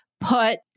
put